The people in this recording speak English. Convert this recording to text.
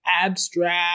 abstract